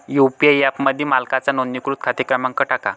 UPI ॲपमध्ये मालकाचा नोंदणीकृत खाते क्रमांक टाका